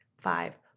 five